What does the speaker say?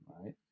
right